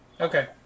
Okay